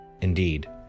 Indeed